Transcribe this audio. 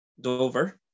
Dover